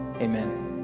amen